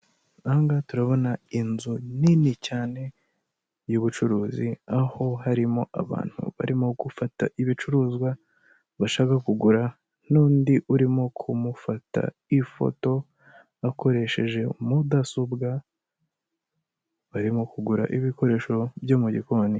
Aha ngaha turabona inzu nini cyane y'ubucuruzi, aho harimo abantu barimo gufata ibicuruzwa bashaka kugura, n'undi urimo kumufata ifoto bakoresheje mudasobwa, barimo kugura ibikoresho byo mu gikoni.